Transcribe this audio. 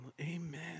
Amen